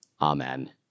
Amen